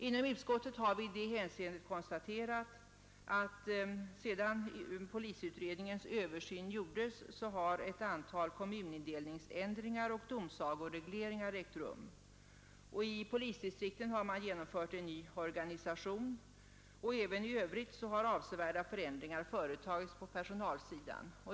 Inom utskottet har vi i det hänseendet konstaterat att ett antal kommunindelningsändringar och domsagoregleringar har ägt rum, sedan polisutredningens översyn gjordes, I polisdistrikten har man genomfört en ny organisation, och även i övrigt har avsevärda förändringar företagits på personalsidan.